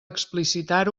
explicitar